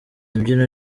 mbyino